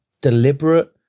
Deliberate